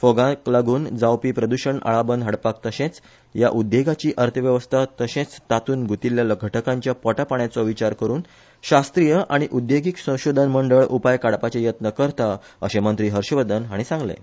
फोगाक लागुन जावपी प्रद्षण आळाबंद हाडपाक तशेंच ह्या उद्देगाची अर्थव्यवस्था तशेंच तातुंत गुतील्ल्या घटकांच्या पोटा पाण्याचो विचार करुन शास्त्रीय आनी उद्देगीक संशोधन मंडळ उपाय काडपाचे यत्न करता अशें मंत्री हर्षवर्धन हाणी सांगलें